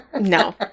no